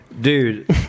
Dude